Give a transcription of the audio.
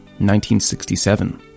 1967